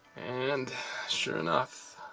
and sure enough,